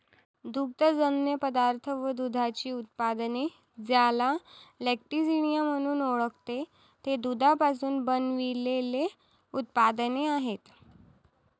दुग्धजन्य पदार्थ व दुधाची उत्पादने, ज्याला लॅक्टिसिनिया म्हणून ओळखते, ते दुधापासून बनविलेले उत्पादने आहेत